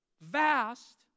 vast